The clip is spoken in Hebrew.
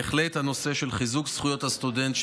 בהחלט נושא חיזוק זכויות הסטודנט,